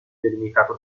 delimitato